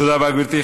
תודה רבה, גברתי.